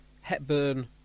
Hepburn